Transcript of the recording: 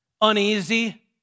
uneasy